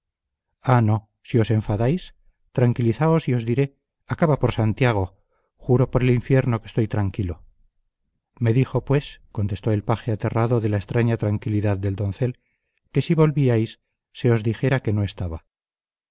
y os diré acaba por santiago juro por el infierno que estoy tranquilo me dijo pues contestó el paje aterrado de la extraña tranquilidad del doncel que si volvíais se os dijera que no estaba